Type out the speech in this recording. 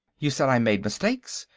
you said i made mistakes,